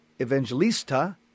Evangelista